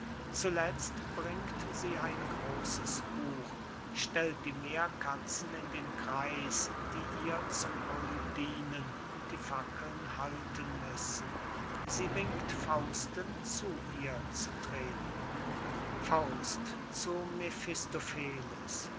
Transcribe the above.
zuletzt bringt sie ein großes buch stellt die meerkatzen in den kreis die ihr zum pult dienen und die fackel halten müssen sie winkt fausten zu ihr zu treten faust zu